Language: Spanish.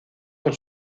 con